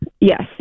Yes